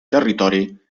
territori